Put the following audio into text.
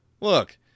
Look